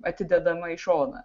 atidedama į šoną